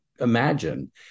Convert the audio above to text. imagine